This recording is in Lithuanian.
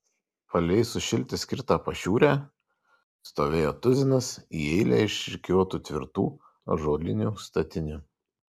palei sušilti skirtą pašiūrę stovėjo tuzinas į eilę išrikiuotų tvirtų ąžuolinių statinių